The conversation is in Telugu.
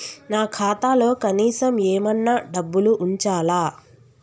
నా ఖాతాలో కనీసం ఏమన్నా డబ్బులు ఉంచాలా?